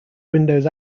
windows